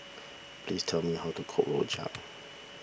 please tell me how to cook Rojak